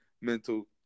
mental